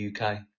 UK